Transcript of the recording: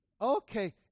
Okay